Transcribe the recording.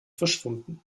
verschwunden